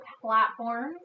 platforms